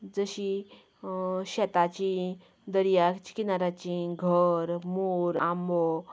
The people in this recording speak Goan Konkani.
जशीं शेताची दर्याची किनाऱ्याची घर मोर आंबो